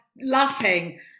laughing